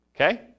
Okay